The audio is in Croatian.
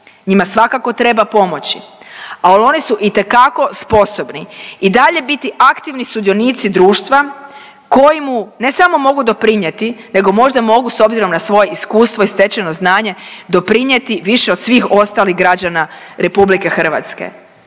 njima svakako treba pomoći, al oni su itekako sposobni i dalje biti aktivni sudionici društva koji mu ne samo mogu doprinjeti nego možda mogu s obzirom na svoje iskustvo i stečeno znanje doprinjeti više od svih ostalih građana RH i tu